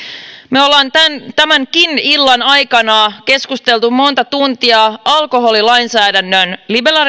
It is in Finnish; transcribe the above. me olemme tämänkin illan aikana keskustelleet monta tuntia alkoholilainsäädännön